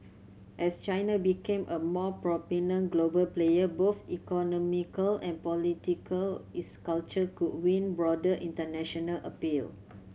as China became a more prominent global player both economical and political its culture could win broader international appeal